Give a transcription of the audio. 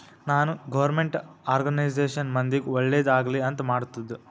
ನಾನ್ government organisation ಮಂದಿಗ್ ಒಳ್ಳೇದ್ ಆಗ್ಲಿ ಅಂತ್ ಮಾಡ್ತುದ್